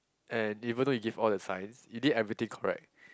and even though you give all the signs you did everything correct